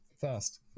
first